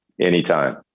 Anytime